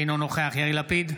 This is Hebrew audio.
אינו נוכח יאיר לפיד,